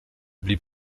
blieb